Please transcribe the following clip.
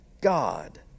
God